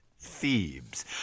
Thebes